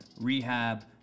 rehab